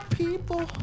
people